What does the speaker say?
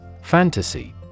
Fantasy